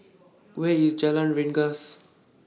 Where IS Jalan Rengas